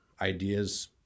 ideas